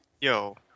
Yo